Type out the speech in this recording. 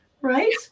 Right